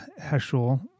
Heschel